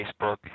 Facebook